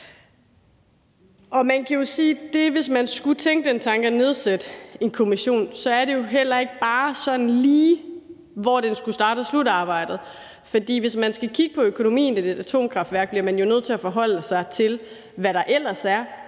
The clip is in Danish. Man kan jo sige, at hvis man skulle tænke den tanke at nedsætte en kommission, er det jo heller ikke bare sådan lige at sige, hvordan den skulle starte og slutte arbejdet, for hvis man skal kigge på økonomien i et atomkraftværk, bliver man jo nødt til at forholde sig til, hvad der ellers er